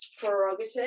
prerogative